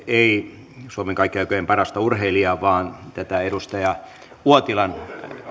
ei koske suomen kaikkien aikojen parasta urheilijaa vaan tätä edustaja uotilan